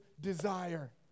desire